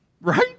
Right